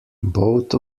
both